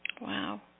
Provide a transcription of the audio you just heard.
Wow